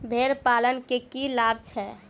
भेड़ पालन केँ की लाभ छै?